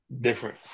Different